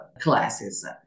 classes